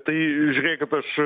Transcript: tai žiūrėkit aš